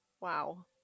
Wow